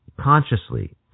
consciously